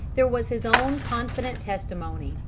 there was his own confident testimony.